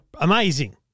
amazing